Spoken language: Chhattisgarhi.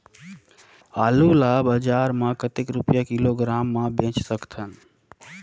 आलू ला बजार मां कतेक रुपिया किलोग्राम म बेच सकथन?